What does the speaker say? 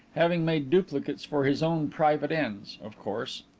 having made duplicates for his own private ends, of course.